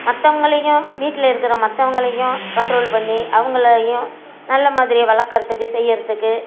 மற்றவங்களையும் வீட்டில் இருக்கிற மற்றவங்களையும் கன்ட்ரோல் பண்ணி அவங்களையும் நல்ல மாதிரி வளர்க்குறதுக்கு செய்கிறதுக்கு